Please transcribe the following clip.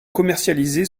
commercialisées